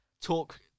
talk